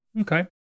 Okay